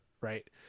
right